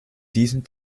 diesem